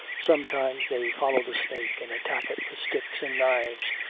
sometimes they follow the snake and attack it with sticks and knives.